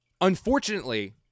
Unfortunately